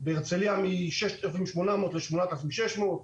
בהרצליה מ-6,800 ל-8,600,